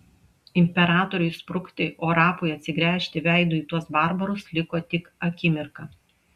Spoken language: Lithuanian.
imperatoriui sprukti o rapui atsigręžti veidu į tuos barbarus liko tik akimirka